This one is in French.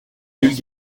nulle